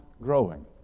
growing